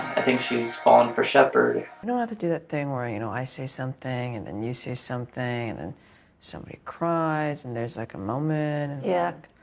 i think she's falling for shepherd. we don't have to do that thing wearing you know, i say something and then you say something and then somebody cries and there's like a moment. yeah